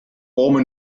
former